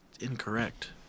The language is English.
incorrect